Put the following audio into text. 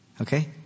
Okay